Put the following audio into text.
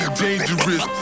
dangerous